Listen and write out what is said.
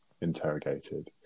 interrogated